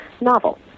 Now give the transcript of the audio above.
novel